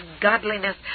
godliness